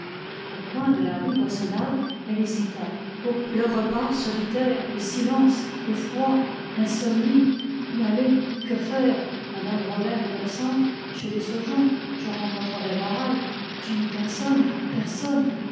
au coin de la rue boissonade elle hésita oh le repas solitaire le silence le froid l'insomnie où aller que faire mme robert est absente chez les saujon je rencontrerai barral je n'ai personne personne